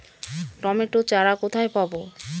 Tomato চারা কোথায় পাবো?